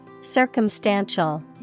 Circumstantial